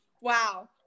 wow